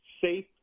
safe